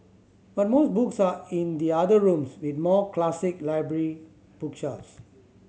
but most books are in the other rooms with more classic library bookshelves